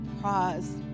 prize